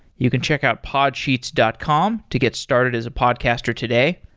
you can check out podsheets dot com to get started as a podcaster today.